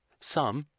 some.